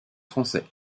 français